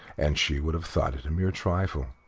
and she would have thought it a mere trifle,